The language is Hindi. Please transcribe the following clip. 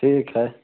ठीक है